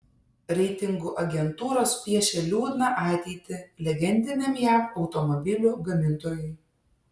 reitingų agentūros piešia liūdną ateitį legendiniam jav automobilių gamintojui